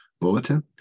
bulletin